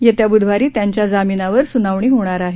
येत्या ब्रुधवारी त्यांच्या जामीनावर सुनावणी होणार आहे